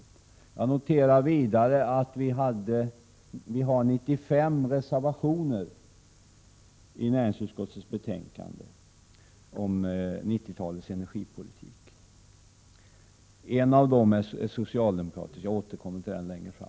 Jag noterar vidare att vi har 95 reservationer fogade till näringsutskottets betänkande om 90-talets energipolitik. En av dem är socialdemokratisk — och jag återkommer till den längre fram.